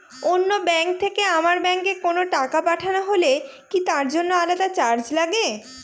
অন্য ব্যাংক থেকে আমার ব্যাংকে কোনো টাকা পাঠানো হলে কি তার জন্য আলাদা চার্জ লাগে?